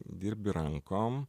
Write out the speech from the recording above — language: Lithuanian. dirbi rankom